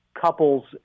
couples